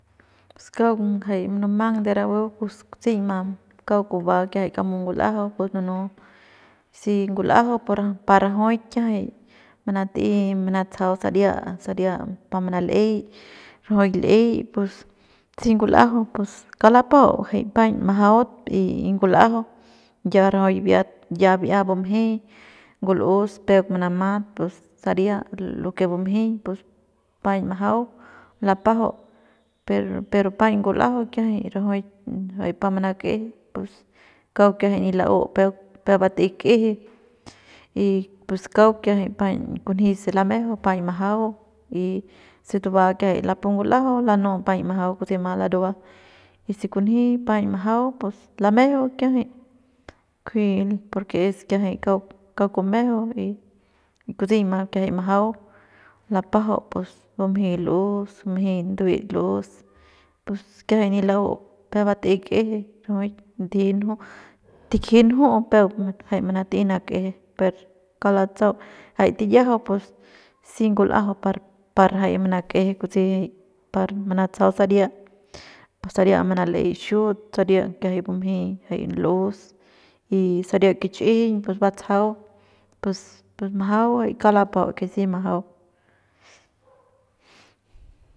Pus kauk ngajai munumang de rapu pus kutseiñma kauk kuba kiajay kamu ngul'ajau pus nunu si ngul'ajau pa par rajuik kiajay manat'ey manatsajau saria saria pa manal'ey rajuik l'ey pus si ngul'ajau pus kauk lapajau jay paiñ majaut y ngul'ajau ya rajuk bi'iat ya bi'ia bumjey ngul'us peuk manamat pus saria lo que bumjey pus paiñ majua lapajau per pero paiñ ngul'ajau rajuik pa manak'eje pus kauk kiajay nin la'u peuk peuk bat'ey k'eje y pus kauk kiajay paiñ kunji se lamejeu paiñ majau y se tuba kiajay lapu ngul'ajau lanu'u paiñ maju kutsima larua y se kunji paiñ majau pus lamejeu kiajay kunji porque es kiajay kauk kauk kumejeu y kutseiñma kiajay majau lapajau pus bumjey l'us bumjey nduet l'us pus kiajay nin la'u peuk bat'ey k'je tikji nju'u jay peuk manat'ey nak'eje per kauk latsa'au jay tiyajau pus si ngul'ajau par jay par manak'eje kutse y par mantsajau saria pus saria manal'ey xiut saria kiajay bumjey jay l'us y saria kich'ijiñ pus batsajau pus majau jay kauk lapajau que si majau.